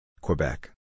Quebec